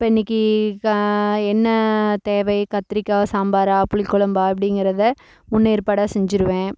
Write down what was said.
இப்போ இன்றைக்கி க என்ன தேவை கத்திரிக்காய சாம்பாரா புளி குழம்பா அப்படிங்கிறத முன்னேற்பாடக செஞ்சிடுவேன்